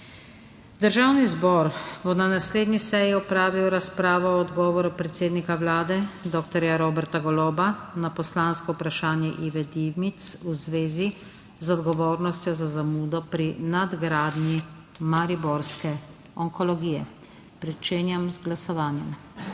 Državni zbor bo na naslednji seji opravil razpravo o odgovoru predsednika Vlade dr. Roberta Goloba na poslansko vprašanje Ive Dimic v zvezi z odgovornostjo za zamudo pri nadgradnji mariborske onkologije. Glasujemo.